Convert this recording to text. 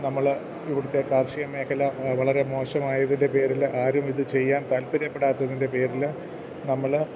നമ്മൾ ഇവിടുത്ത കാർഷികമേഖല വളരെ മോശമായതിൻ്റെ പേരിൽ ആരും ഇത് ചെയ്യാൻ താല്പര്യപ്പെടാത്തതിൻ്റെ പേരിൽ നമ്മൾ